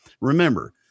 Remember